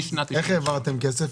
איך העברתם כסף?